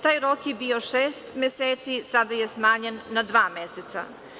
Taj rok je bio šest meseci, sada je smanjen na dva meseca.